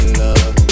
love